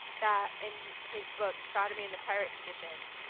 that in his book, sodomy and the pirate tradition.